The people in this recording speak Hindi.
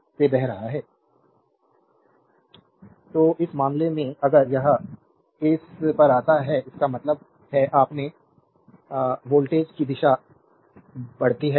स्लाइड टाइम देखें 2817 तो इस मामले में अगर यह इस पर आता है इसका मतलब है आपके वोल्टेज की दिशा बढ़ती है